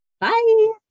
bye